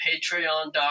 patreon.com